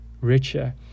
Richer